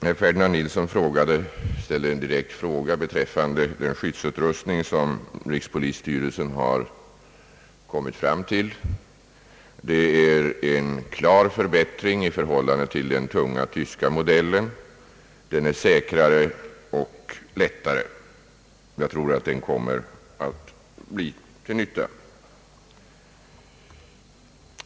Herr Ferdinand Nilsson ställde en direkt fråga beträffande den skyddsutrustning som rikspolisstyrelsen har kommit fram till. Den innebär en klar förbättring i förhållande till den tunga tyska modellen. Den utrustning rikspolisstyrelsen bestämt sig för är säkrare och lättare, och jag tror att den kommer att bli till nytta.